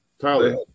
Tyler